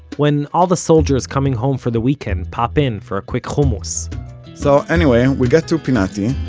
when all the soldiers coming home for the weekend pop in for a quick hummus so anyway, we get to pinati,